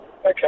Okay